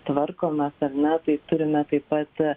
tvarkomės ar ne tai turime taip pat